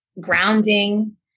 grounding